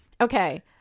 okay